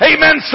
Amen